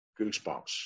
goosebumps